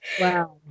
wow